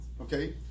okay